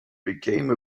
became